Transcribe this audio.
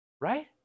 Right